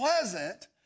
pleasant